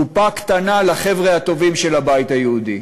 קופה קטנה לחבר'ה הטובים של הבית היהודי.